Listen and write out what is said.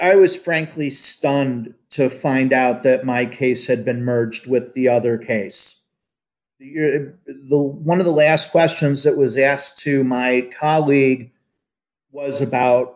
i was frankly stunned to find out that my case had been merged with the other case though one of the last questions that was asked to my colleague was about